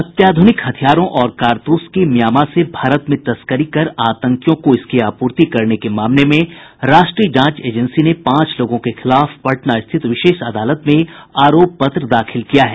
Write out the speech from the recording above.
अत्याधुनिक हथियारों और कारतूस की म्यांमा से भारत में तस्करी कर आतंकियों को इसकी आपूर्ति करने के मामले में राष्ट्रीय जांच एजेंसी ने पांच लोगों के खिलाफ पटना स्थित विशेष अदालत में आरोप पत्र दाखिल किया है